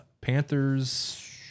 Panthers